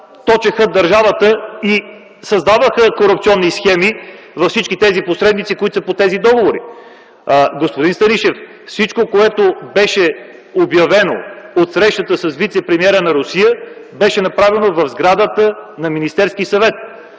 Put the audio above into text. източваха държавата и създаваха корупционни схеми с всички посредници по тези договори. Господин Станишев, всичко, което беше обявено от срещата с вицепремиера на Русия, беше направено в сградата на Министерския съвет.